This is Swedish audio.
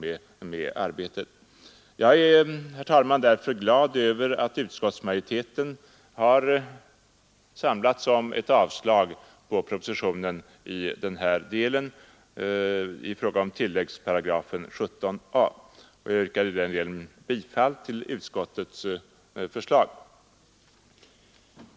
Jag är med hänsyn till vad jag anfört, herr talman, glad över att utskottsmajoriteten har samlats om ett avslag på propositionens förslag i vad avser tilläggsparagrafen 17 a. Jag yrkar i den delen bifall till utskottets förslag.